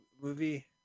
movie